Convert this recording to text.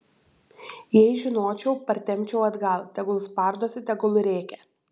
jei žinočiau partempčiau atgal tegul spardosi tegul rėkia